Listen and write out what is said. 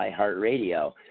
iHeartRadio